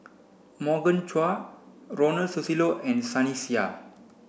Morgan Chua Ronald Susilo and Sunny Sia